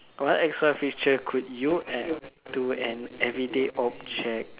what extra feature could you add to an everyday object